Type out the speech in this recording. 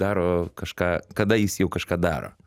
daro kažką kada jis jau kažką daro